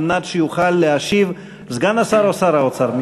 מנת שיוכל להשיב סגן השר או שר האוצר,